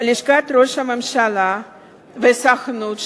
לשכת ראש הממשלה והסוכנות,